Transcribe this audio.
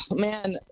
man